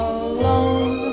alone